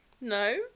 No